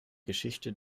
geschichte